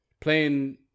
playing